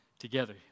together